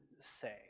say